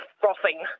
frothing